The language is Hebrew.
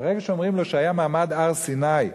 ברגע שאומרים לו שהיה מעמד הר-סיני,